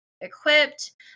equipped